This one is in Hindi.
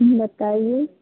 बताइए